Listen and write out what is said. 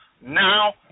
now